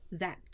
zapped